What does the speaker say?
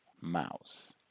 mouse